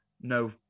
No